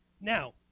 now